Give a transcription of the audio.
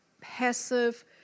passive